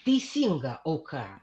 teisinga auka